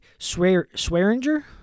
Swearinger